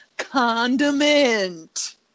condiment